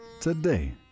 today